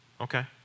okay